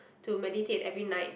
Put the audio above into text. to meditate every night